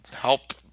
help